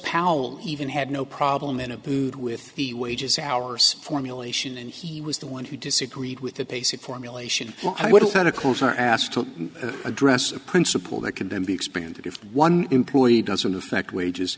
powell even had no problem in abood with the wages hours formulation and he was the one who disagreed with the basic formulation i would have had of course are asked to address a principle that can then be expanded if one employee doesn't affect wages